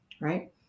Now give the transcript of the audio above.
Right